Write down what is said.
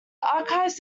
archives